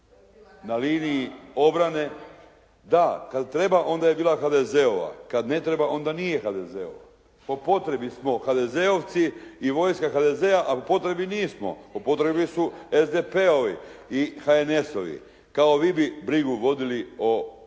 se ne čuje./… Da, kad treba onda je bila HDZ-ova, kad ne treba onda nije HDZ-ova. Po potrebi smo HDZ-ovci i vojska HDZ-a a po potrebi nismo. Po potrebi su SDP-ovi i HNS-ovi kao vi bi brigu vodili o hrvatskim